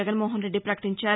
జగన్నోహన్ రెడ్డి ప్రకటించారు